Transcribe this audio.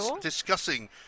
discussing